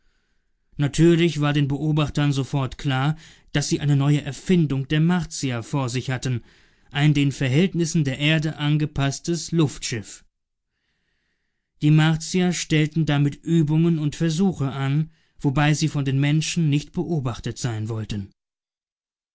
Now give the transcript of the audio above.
natürlich war den beobachtern sofort klar daß sie eine neue erfindung der martier vor sich hatten ein den verhältnissen der erde angepaßtes luftschiff die martier stellten damit übungen und versuche an wobei sie von den menschen nicht beobachtet sein wollten